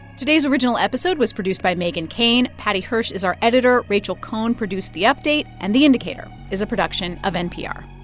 today's original episode was produced by meghan keane. paddy hirsch is our editor. rachel cohn produced the update. and the indicator is a production of npr